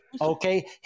Okay